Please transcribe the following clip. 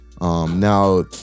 Now